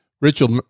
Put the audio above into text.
Richard